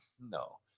No